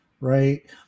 right